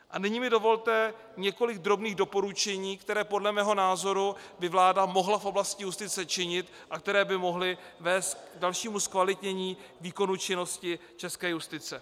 A nyní mi dovolte několik drobných doporučení, která by podle mého názoru mohla vláda v oblasti justice činit a která by mohla vést k dalšímu zkvalitnění výkonu činnosti české justice.